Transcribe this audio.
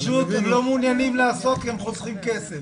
פשוט הם לא מעוניינים לעשות כי הם חוסכים כסף.